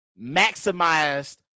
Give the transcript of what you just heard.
maximized